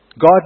God